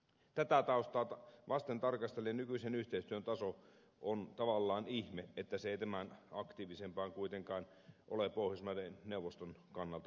tätä taustaa vasten tarkastellen nykyisen yhteistyön taso on tavallaan ihme että se ei tämän aktiivisempaa kuitenkaan ole pohjoismaiden neuvoston kannalta ajatellen